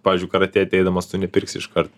pavyzdžiui karatė ateidamas tu nepirksi iškart